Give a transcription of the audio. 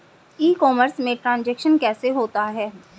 ई commerce में transaction कैसे होता है?